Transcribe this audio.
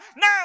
Now